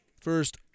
First